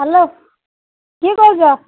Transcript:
hello କିଏ କହୁଛ